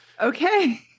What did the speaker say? Okay